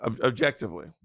objectively